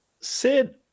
Sid